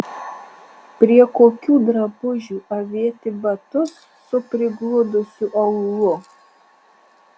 prie kokių drabužių avėti batus su prigludusiu aulu